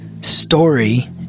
story